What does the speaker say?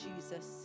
Jesus